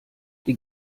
die